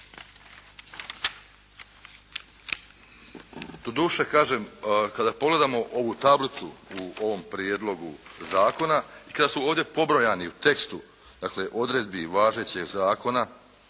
kada pogledamo ovu tablicu u ovom prijedlogu zakona i kada su ovdje pobrojani u tekstu, dakle odredbi i važećeg zakona